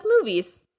movies